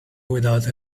without